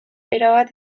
erabat